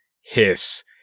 hiss